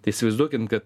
tai įsivaizduokim kad